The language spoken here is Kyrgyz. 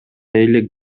элек